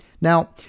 Now